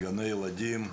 גני ילדים,